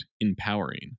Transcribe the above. empowering